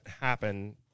happen